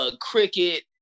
Cricket